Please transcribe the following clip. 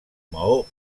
maó